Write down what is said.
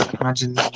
Imagine